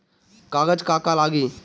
कागज का का लागी?